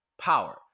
power